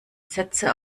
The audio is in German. sätze